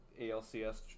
ALCS